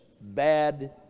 bad